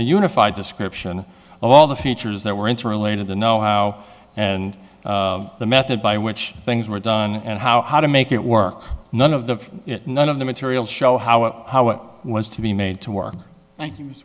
unified description of all the features that we're into related the know how and the method by which things were done and how how to make it work none of the none of the materials show how it how it was to be made to work